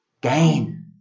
gain